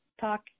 talk